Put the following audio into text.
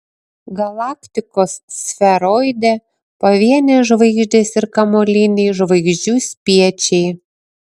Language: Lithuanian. galaktikos sferoide pavienės žvaigždės ir kamuoliniai žvaigždžių spiečiai